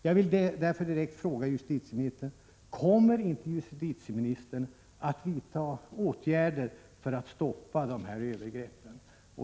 Jag vill därför ställa en direkt fråga till justitieministern: Kommer inte justitieministern att vidta åtgärder för att stoppa sådana här övergrepp?